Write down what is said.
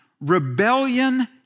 rebellion